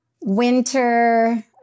Winter